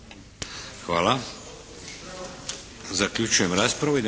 Hvala.